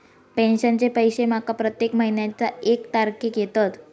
पेंशनचे पैशे माका प्रत्येक महिन्याच्या एक तारखेक येतत